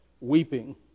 weeping